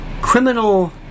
criminal